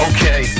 Okay